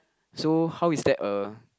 so how is that a